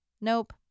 Nope